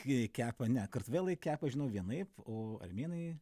kai kepa ne katvelai kepa žinau vienaip o armėnai